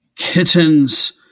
Kittens